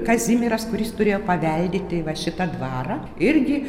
kazimieras kuris turėjo paveldėti va šitą dvarą irgi